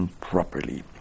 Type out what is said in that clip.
properly